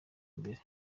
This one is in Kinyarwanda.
imbere